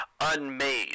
unmade